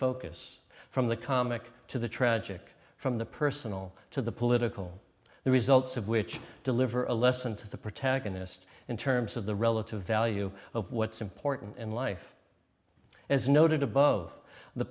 focus from the comic to the tragic from the personal to the political the results of which deliver a lesson to the protagonist in terms of the relative value of what's important in life as noted above the